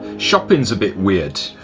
shopping's a bit weird.